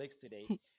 today